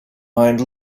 mind